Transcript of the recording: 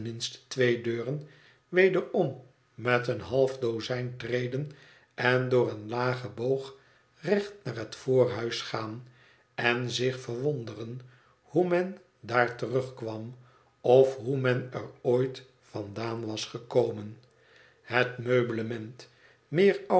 twee deuren wederom met een half dozijn treden en door een lagen boog recht naar het voorhuis gaan en zich verwonderen hoe men daar terugkwam of hoe men er ooit vandaan was gekomen het meublement meer